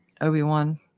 Obi-Wan